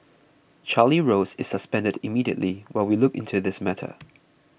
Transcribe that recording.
Charlie Rose is suspended immediately while we look into this matter